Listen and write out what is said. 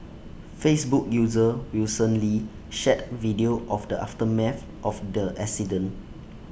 Facebook user Wilson lee shared video of the aftermath of the accident